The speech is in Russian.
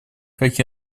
как